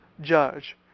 judge